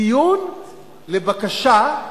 דיון לבקשה,